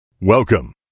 Welcome